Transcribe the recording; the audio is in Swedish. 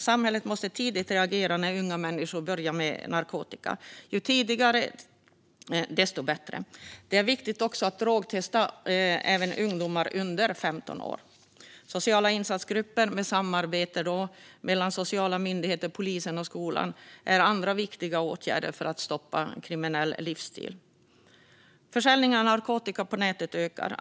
Samhället måste tidigt reagera när unga människor börjar med narkotika - ju tidigare desto bättre. Det är viktigt att drogtesta även ungdomar under 15 år. Sociala insatsgrupper med samarbete mellan sociala myndigheter, polisen och skolan är andra viktiga åtgärder för att stoppa en kriminell livsstil. Försäljningen av narkotika på nätet ökar.